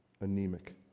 anemic